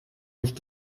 nicht